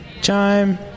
Chime